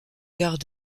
gares